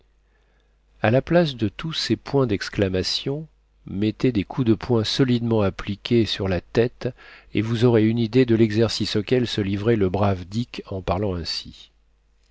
a la place de tous ces points d'exclamation mettez des coups de poing solidement appliqués sur la tête et vous aurez une idée de l'exercice auquel se livrait le brave dick en parlant ainsi